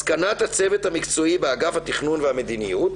מסקנת הצוות המקצועי באגף התכנון והמדיניות